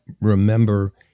remember